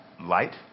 light